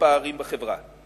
ופערים בחברה?